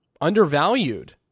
undervalued